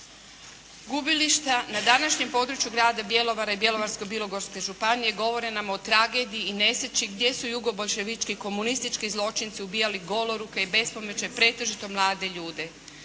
Gubilišta na današnjem području grada Bjelovara i Bjelovarsko-bilogorske županije govore nam o tragediji i nesreći gdje su jugoboljševički komunistički zločinci ubijali goloruke i bespomoćne pretežito mlade ljude.